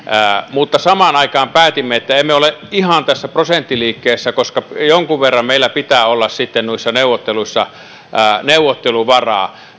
mutta samaan aikaan päätimme että emme ole ihan tässä prosenttiliikkeessä koska jonkun verran meillä pitää olla noissa neuvotteluissa neuvotteluvaraa